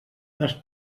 les